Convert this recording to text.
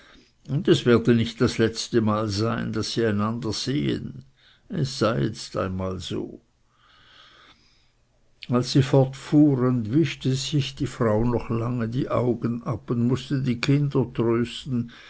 und es werde nicht das letzte mal sein daß sie einander sehen es sei einmal jetzt so als sie fortfuhren wischte sich die frau noch lange die augen ab und mußte die kinder trösten